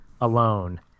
alone